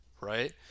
right